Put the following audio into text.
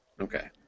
Okay